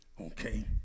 Okay